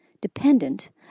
dependent